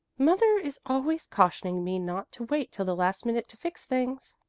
mother is always cautioning me not to wait till the last minute to fix things.